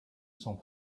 sont